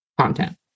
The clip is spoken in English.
content